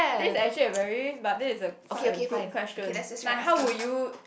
this is actually a very but this is a quite a good question like how would you